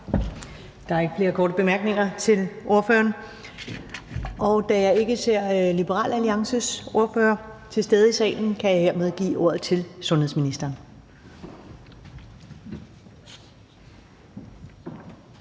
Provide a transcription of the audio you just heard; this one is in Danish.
Der er ikke flere korte bemærkninger til ordføreren. Og da jeg ikke ser Liberal Alliances ordfører være til stede i salen, kan jeg hermed give ordet til sundhedsministeren.